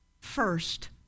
first